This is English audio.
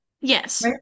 yes